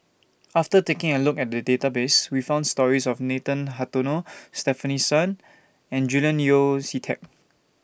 after taking A Look At The Database We found stories of Nathan Hartono Stefanie Sun and Julian Yeo See Teck